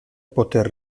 poter